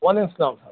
وعلیکم السّلام صاحب